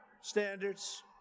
standards